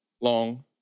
long